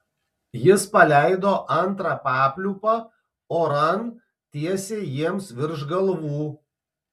jis paleido antrą papliūpą oran tiesiai jiems virš galvų